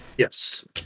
Yes